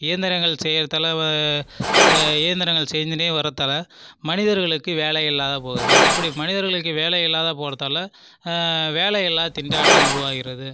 இயந்திரங்கள் செய்யறதால இயந்திரங்கள் செஞ்சுனே வரத்தாலே மனிதர்களுக்கு வேலை இல்லாத போகுது அப்படி மனிதர்களுக்கு வேலை இல்லாத போவதால வேலையில்லா திண்டாட்டம் உருவாகுகிறது